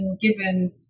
given